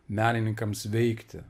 menininkams veikti